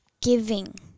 giving